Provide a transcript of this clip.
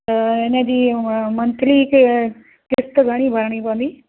त इनजी उहा मंथली कि किश्त घणी भरणी पवंदी